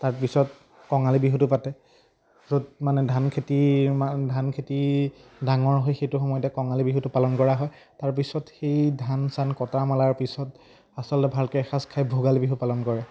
তাৰপিছত কঙালী বিহুটো পাতে য'ত মানে ধান খেতি ধান খেতি ডাঙৰ হৈ সেইটো সময়তে কঙালী বিহুটো পালন কৰা হয় তাৰপিছত সেই ধান চান কটা মেলাৰ পিছত আচলতে ভালকৈ এসাঁজ খাই ভোগালী বিহু পালন কৰে